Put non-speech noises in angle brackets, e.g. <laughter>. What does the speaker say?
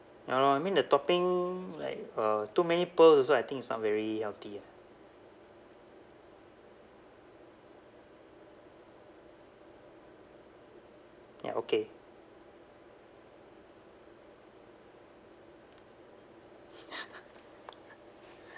ya lor I mean the topping like uh too many pearls also I think it's not very healthy ah ya okay <laughs>